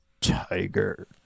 Tiger